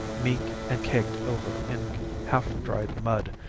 meek, and caked over in half-dried mud,